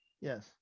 yes